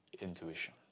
intuition